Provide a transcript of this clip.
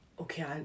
okay